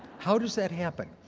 how does that happen?